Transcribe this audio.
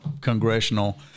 Congressional